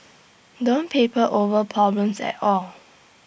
don't paper over problems at all